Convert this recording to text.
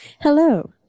Hello